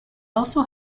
also